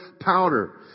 powder